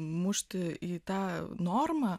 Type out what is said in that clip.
mušti į tą normą